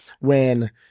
when-